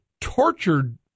tortured